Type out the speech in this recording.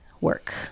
work